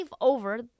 over